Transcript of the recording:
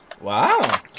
Wow